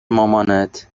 مامانت